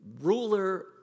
ruler